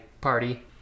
party